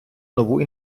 нову